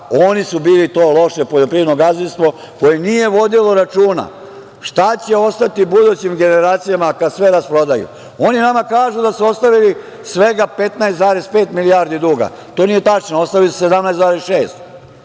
oni su bili to loše poljoprivredno gazdinstvo koje nije vodilo računa šta će ostati budućim generacijama, kada sve rasprodaju. Oni nama kažu da su ostavili svega 15,5 milijardi duga. To nije tačno, ostavili su 17,6.